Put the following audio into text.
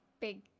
Big